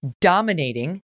dominating